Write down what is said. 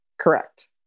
Correct